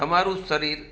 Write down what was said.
તમારું શરીર